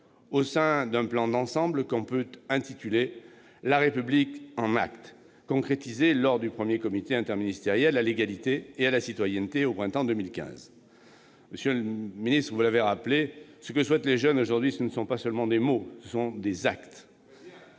au sein d'un plan d'ensemble que l'on peut intituler « La République en actes », concrétisé lors du premier comité interministériel à l'égalité et à la citoyenneté, au printemps de 2015. Monsieur le ministre, vous l'avez rappelé, ce que souhaitent les jeunes aujourd'hui, c'est non pas seulement des mots, mais aussi des actes